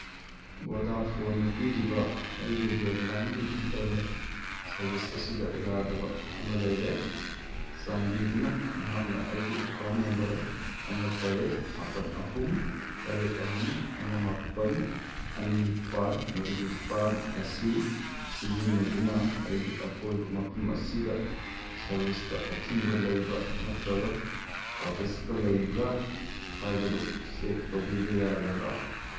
ꯚꯣꯗꯥꯐꯣꯟꯅ ꯄꯤꯔꯤꯕ ꯑꯩꯒꯤ ꯂꯦꯟꯂꯥꯏꯟꯒꯤ ꯏꯟꯇꯔꯅꯦꯠ ꯁꯔꯚꯤꯁ ꯑꯁꯤꯗ ꯌꯥꯗꯕ ꯑꯃ ꯂꯩꯔꯦ ꯆꯥꯟꯕꯤꯗꯨꯅ ꯅꯍꯥꯛꯅ ꯑꯩꯒꯤ ꯑꯦꯀꯥꯎꯟ ꯅꯝꯕꯔ ꯑꯃ ꯇꯔꯦꯠ ꯃꯥꯄꯟ ꯑꯍꯨꯝ ꯇꯔꯦꯠ ꯑꯍꯨꯝ ꯑꯃ ꯃꯥꯄꯟ ꯑꯅꯤ ꯅꯤꯄꯥꯟ ꯃꯔꯤ ꯅꯤꯄꯥꯟ ꯑꯁꯤ ꯁꯤꯖꯤꯟꯅꯗꯨꯅ ꯑꯩꯒꯤ ꯑꯀꯣꯏꯕ ꯃꯐꯝ ꯑꯁꯤꯗ ꯁꯔꯚꯤꯁꯇ ꯑꯊꯤꯡꯕ ꯂꯩꯕ ꯅꯠꯇ꯭ꯔꯒ ꯑꯥꯎꯇꯦꯖꯀ ꯂꯩꯕ꯭ꯔꯥ ꯍꯥꯏꯕꯗꯨ ꯆꯦꯛ ꯇꯧꯕꯤꯕ ꯌꯥꯒꯗ꯭ꯔꯥ